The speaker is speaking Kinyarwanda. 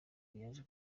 yaje